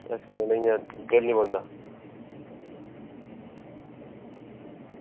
अच्छा नेईं में दिल निं मन्नदा